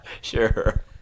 Sure